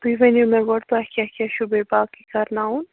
تُہۍ ؤنِو مےٚ گۄڈٕ تۄہہِ کیٛاہ کیٛاہ چھُو بیٚیہِ باقی کرناوُن